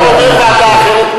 השר אומר ועדה אחרת,